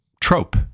trope